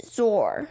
Zor